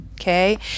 Okay